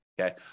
okay